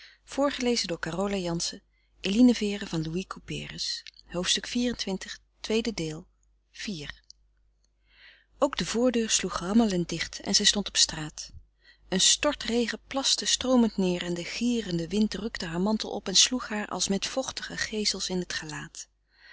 neêr iv ook de voordeur sloeg rammelend dicht en zij stond op straat een stortregen plaste stroomend neêr en de gierende wind rukte haar mantel op en sloeg haar als met vochtige geesels in het gelaat